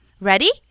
Ready